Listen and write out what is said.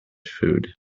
food